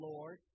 Lord